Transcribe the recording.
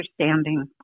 understanding